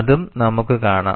അതും നമുക്കു കാണാം